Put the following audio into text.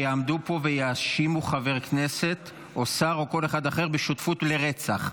שיעמדו פה ויאשימו חבר כנסת או שר או כל אחד אחר בשותפות לרצח.